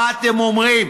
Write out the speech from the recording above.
מה אתם אומרים?